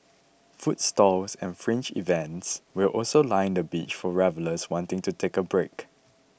food stalls and fringe events will also line the beach for revellers wanting to take a break